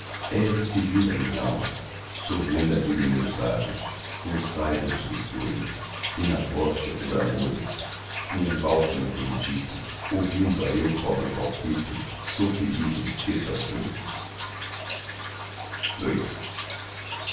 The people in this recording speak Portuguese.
ergue-se viva a minhalma sorvendo a vida em teus lábios como o saibo dos licores e na voz que é toda amores como um bálsamo bendito ouvindo a eu pobre palpito sou feliz e esqueço as dores